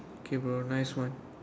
okay bro nice one